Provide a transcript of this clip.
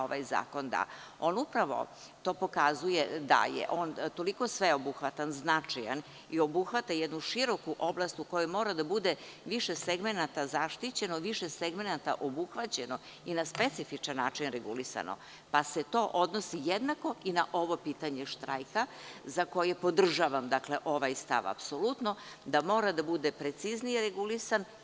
Ovaj zakon upravo to pokazuje da je on toliko sveobuhvatan, značajan i obuhvata jednu široku oblast u kojoj mora da bude više segmenata zaštićeno, više segmenata obuhvaćeno i na specifičan način regulisano, pa se to odnosi jednako i na ovo pitanje štrajka za koji podržavam ovaj stav apsolutno, da mora da bude preciznije regulisan.